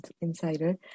insider